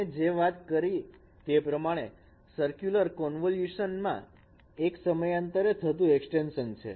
તમે જે વાત કરી તે પ્રમાણે સર્ક્યુલર કન્વોલ્યુશન મા એક સમયાંતરે થતું એક્સટેન્શન છે